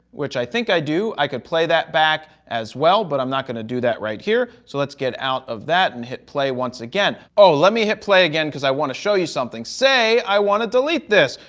which i think i do, i could play that back as well, but i'm not going to do that right here. so let's get out of that and hit play once again. oh, let me hit play again because i want to show you something. say i want to delete this.